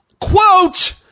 Quote